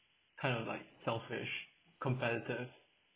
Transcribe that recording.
kind of like selfish competitive